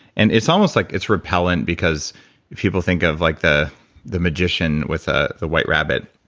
and it's almost like it's repellent because people think of like the the magician with ah the white rabbit,